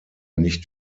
nicht